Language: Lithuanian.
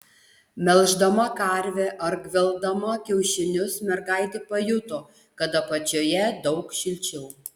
melždama karvę ar gvelbdama kiaušinius mergaitė pajuto kad apačioje daug šilčiau